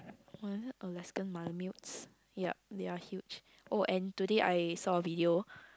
was it Alaskan malamutes yup they are huge oh and today I saw a video